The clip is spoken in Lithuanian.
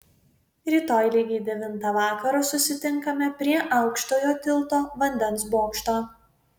rytoj lygiai devintą vakaro susitinkame prie aukštojo tilto vandens bokšto